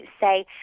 say